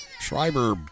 Schreiber